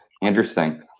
interesting